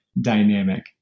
dynamic